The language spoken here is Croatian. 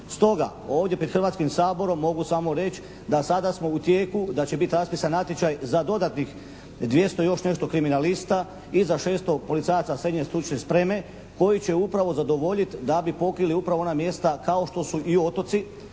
Stoga, ovdje pred Hrvatskim saborom mogu samo reći da sada smo u tijeku da će biti raspisan natječaj za dodatnih 200 i još nešto kriminalista i za 600 policajaca srednje stručne spreme koji će upravo zadovoljiti da bi pokrili upravo ona mjesta kao što su i otoci